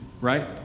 Right